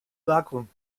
vakuum